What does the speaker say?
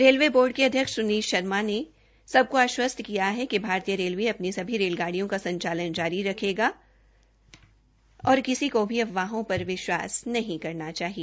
railway board के अध्यक्ष सूनीत शर्मा ने सबको आशवस्त किया है कि भारतीय रेलवे अपनी सभी रेलगाडिय़ों का संचाचल जारी रखेगा और किसी को भी अफवाहों पर विश्वास नहीं करना चाहिए